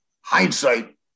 hindsight